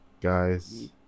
Guys